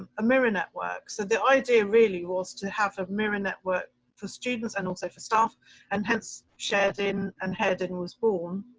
um a mirror network. so the idea really was to have a mirror network for students and also for staff and hence shared in and head and was born.